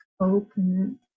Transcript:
open